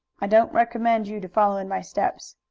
i don't recommend you to follow in my steps.